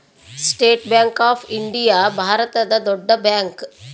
state Bank of India ಭಾರತದ ದೊಡ್ಡ bank